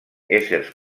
éssers